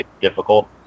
difficult